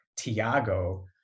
Tiago